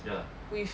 with